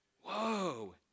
whoa